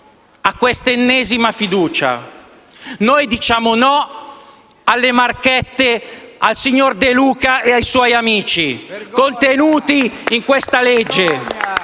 a questa ennesima fiducia. Diciamo no alle marchette al signor De Luca e ai suoi amici contenute in questo disegno